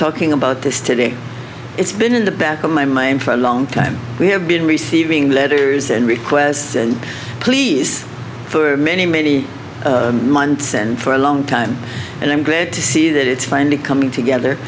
talking about this today it's been in the back of my in maine for a long time we have been receiving letters and requests and pleas for many many months and for a long time and i'm glad to see that it's finally coming together